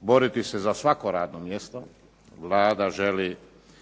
boriti se za svako radno mjesto, Vlada želi